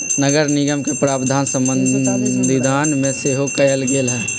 नगरनिगम के प्रावधान संविधान में सेहो कयल गेल हई